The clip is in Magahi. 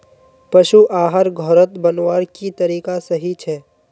पशु आहार घोरोत बनवार की तरीका सही छे?